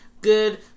good